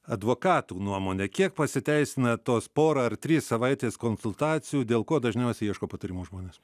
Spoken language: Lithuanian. advokatų nuomone kiek pasiteisina tos pora ar trys savaitės konsultacijų dėl ko dažniausiai ieško patarimo žmonės